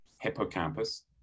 hippocampus